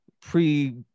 pre